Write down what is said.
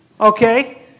Okay